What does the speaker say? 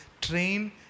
train